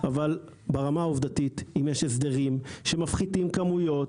אבל ברמה העובדתית אם יש הסדרים שמפחיתים כמויות,